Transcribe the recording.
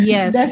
Yes